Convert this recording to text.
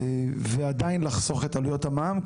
ועדיין לחסוך את עלויות המע"מ.